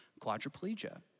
quadriplegia